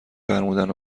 فرمودن